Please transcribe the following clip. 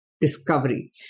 discovery